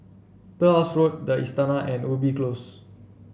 Turnhouse Road the Istana and Ubi Close